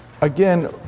again